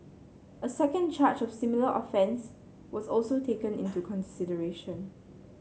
a second charge of similar offence was also taken into consideration